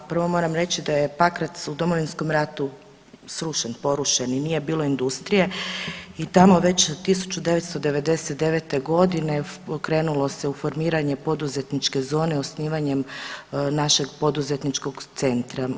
E ovako, prvo moram reći da je Pakrac u Domovinskom ratu srušen, porušen i nije bilo industrije i tamo već 1999.g. krenulo se u formiranje poduzetničke zone osnivanjem našeg poduzetničkog centra.